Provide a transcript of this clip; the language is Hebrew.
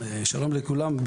שלום לכולם.